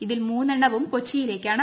ഇതിൽ മൂന്നെണ്ണവും കൊച്ചിയിലേക്കാണ്